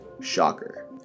Shocker